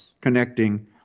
connecting